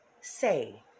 say